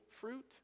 fruit